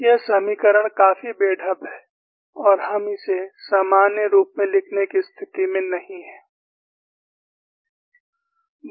यह समीकरण काफी बेढब है और हम इसे सामान्य रूप में लिखने की स्थिति में नहीं हैं